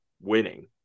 winning